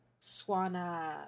Swana